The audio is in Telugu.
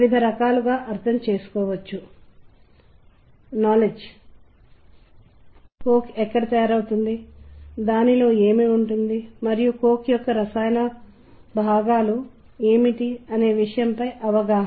మేము 1000 కంటే ఎక్కువ మంది వ్యక్తులతో ఒక సర్వే చేసాము మరియు ఇది ప్రశాంతతతో కూడిన లేదా తేలికపాటి దుఃఖాన్ని ప్రశాంతత ప్రధానంగా తెలియజేస్తుందని మనం కనుగొన్నాము మరియు ఇవి చాలా విలక్షణమైన చికిత్సాపరమైన తాత్పర్యంలను కలిగి ఉంటాయి